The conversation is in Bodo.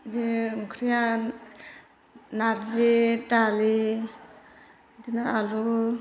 बेदि ओंख्रिया नारजि दालि बेदिनो आलु